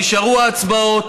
נשארו ההצבעות.